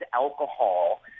alcohol